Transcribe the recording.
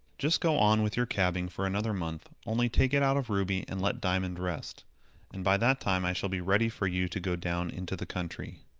just go on with your cabbing for another month, only take it out of ruby and let diamond rest and by that time i shall be ready for you to go down into the country.